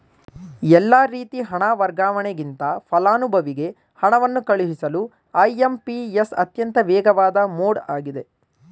ಎಲ್ಲಾ ರೀತಿ ಹಣ ವರ್ಗಾವಣೆಗಿಂತ ಫಲಾನುಭವಿಗೆ ಹಣವನ್ನು ಕಳುಹಿಸಲು ಐ.ಎಂ.ಪಿ.ಎಸ್ ಅತ್ಯಂತ ವೇಗವಾದ ಮೋಡ್ ಆಗಿದೆ